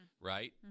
Right